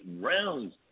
rounds